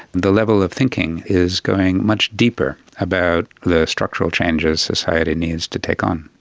the level of thinking is going much deeper about the structural changes society needs to take on.